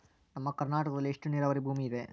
ನಮ್ಮ ಕರ್ನಾಟಕದಲ್ಲಿ ಎಷ್ಟು ನೇರಾವರಿ ಭೂಮಿ ಇದೆ?